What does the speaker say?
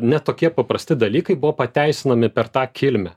net tokie paprasti dalykai buvo pateisinami per tą kilmę